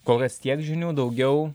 kol kas tiek žinių daugiau